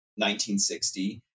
1960